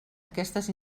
aquestes